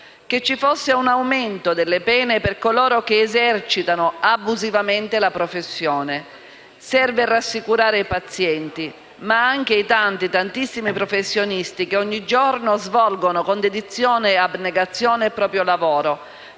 che ci fosse un aumento delle pene per coloro che esercitano abusivamente la professione: serve rassicurare i pazienti ma anche i tanti, tantissimi professionisti che ogni giorno svolgono con dedizione e abnegazione il proprio lavoro,